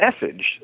message